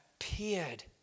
appeared